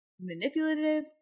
manipulative